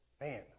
man